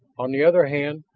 on the other hand,